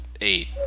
eight